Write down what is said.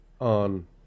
on